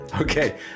okay